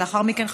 ולאחר מכן,